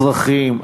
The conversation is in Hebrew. אזרחים,